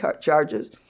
charges